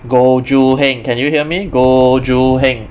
goh joo hin can you hear me goh joo hin